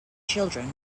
children